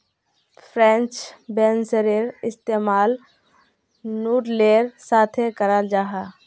French बेंसेर इस्तेमाल नूडलेर साथे कराल जाहा